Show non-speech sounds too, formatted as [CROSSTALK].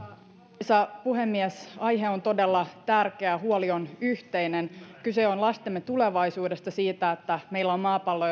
arvoisa puhemies aihe on todella tärkeä huoli on yhteinen kyse on lastemme tulevaisuudesta siitä että meillä on maapallo [UNINTELLIGIBLE]